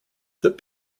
that